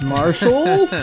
Marshall